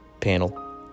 panel